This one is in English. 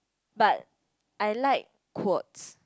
but I like quote